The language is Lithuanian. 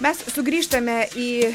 mes sugrįžtame į